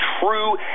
true